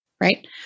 Right